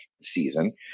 season